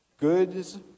goods